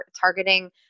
targeting